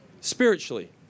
spiritually